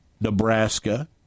Nebraska